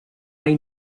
hay